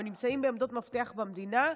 נמצאים בעמדות מפתח במדינה,